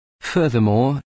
furthermore